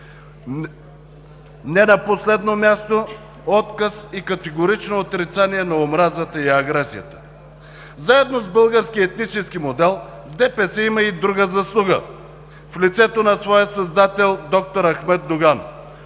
не на последно място – отказ и категорично отрицание на омразата и агресията. Заедно с българския етнически модел ДПС има и друга заслуга в лицето на своя създател д-р Ахмед Доган.